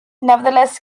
nevertheless